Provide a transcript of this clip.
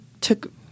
took